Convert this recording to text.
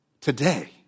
Today